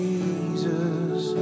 Jesus